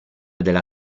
della